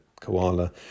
koala